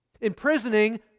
imprisoning